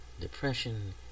depression